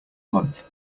month